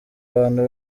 abantu